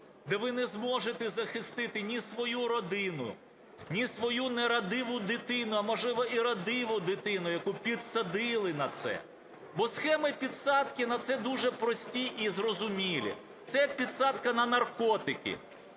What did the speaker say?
де ви не зможете захистити ні свою родину, ні свою нерадиву дитину, а, можливо, і радиву дитину, які підсадили на це. Бо схеми підсадки на це дуже прості і зрозумілі, це підсадка на наркотики.